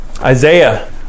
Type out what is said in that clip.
Isaiah